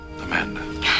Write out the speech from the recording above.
Amanda